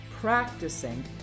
practicing